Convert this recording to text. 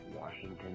Washington